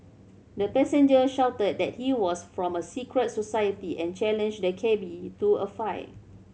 the passenger shouted that he was from a secret society and challenged the cabby to a fight